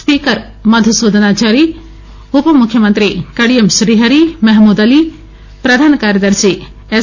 speaker Madhusudhanachari ఉపముఖ్యమంత్రి కడియం శ్రీహరి మహమూద్ అలీ ప్రధాన కార్యదర్శి ఎస్